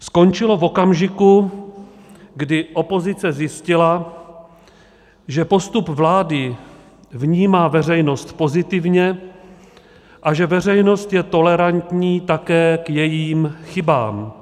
Skončilo v okamžiku, kdy opozice zjistila, že postup vlády vnímá veřejnost pozitivně a že veřejnost je tolerantní také k jejím chybám.